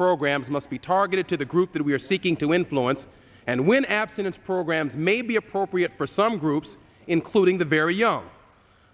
programs must be targeted to the group that we are seeking to influence and when abstinence programs may be appropriate for some groups including the very young